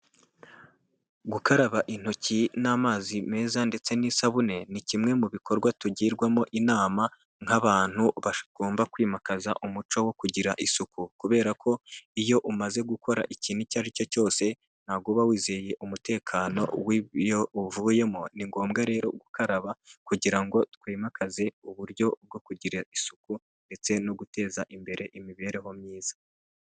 Gukaraba intoki n'amazi meza ndetse n'isabune ni kimwe mu bikorwa tugirwamo inama nk'abantu bagomba kwimakaza umuco wo kugira isuku, kubera ko iyo umaze gukora ikintu icyo ari cyo cyose ntabwo uba wizeye umutekano uvuyemo ni ngombwa rero gukaraba kugira ngo twimakaze uburyo bwo kugira isuku ndetse no guteza imbere imibereho myiza.